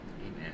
Amen